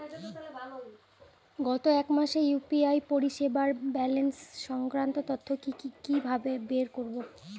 গত এক মাসের ইউ.পি.আই পরিষেবার ব্যালান্স সংক্রান্ত তথ্য কি কিভাবে বের করব?